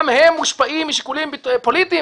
גם הם מושפעים משיקולים פוליטיים?